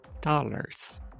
dollars